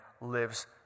lives